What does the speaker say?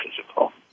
physical